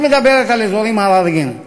את מדברת על אזורים הרריים,